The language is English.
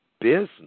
business